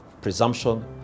presumption